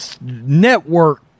network